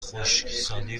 خشکسالی